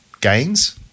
gains